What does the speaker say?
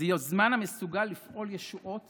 זהו זמן המסוגל לפעול ישועות